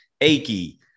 achy